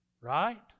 right